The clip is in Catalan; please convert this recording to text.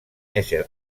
ésser